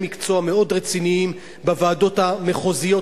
מקצוע מאוד רציניים בוועדות המחוזיות,